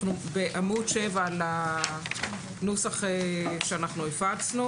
בעמוד 7 לנוסח אותו הפצנו